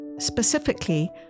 specifically